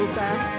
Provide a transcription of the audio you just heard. back